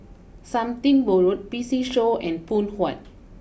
something Borrowed P C show and Phoon Huat